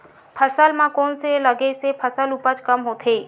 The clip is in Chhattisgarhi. फसल म कोन से लगे से फसल उपज कम होथे?